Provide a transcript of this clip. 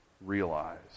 realize